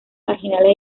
marginales